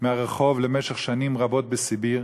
מהרחוב למשך שנים רבות לסיביר,